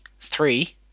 three